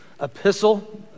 epistle